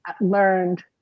learned